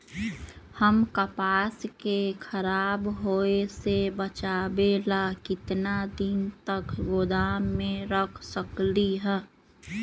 हम कपास के खराब होए से बचाबे ला कितना दिन तक गोदाम में रख सकली ह?